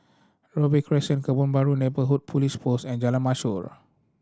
Robey Crescent Kebun Baru Neighbourhood Police Post and Jalan Mashhor